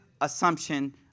assumption